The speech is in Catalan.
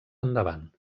endavant